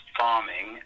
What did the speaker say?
farming